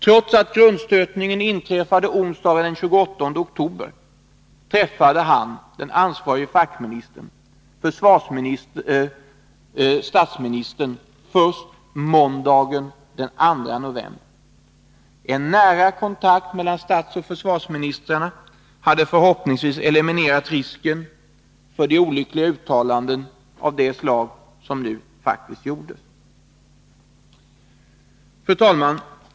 Trots att grundstötningen inträffade onsdagen den 28 oktober träffade han — den ansvarige fackministern — statsministern först måndagen den 2 november. En nära kontakt mellan statsoch försvarsministrarna hade förhoppningsvis eliminerat risken för olyckliga uttalanden av det slag som nu faktiskt gjordes. Fru talman!